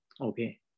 okay